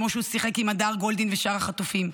כמו שהוא שיחק עם הדר גולדין ושאר החטופים.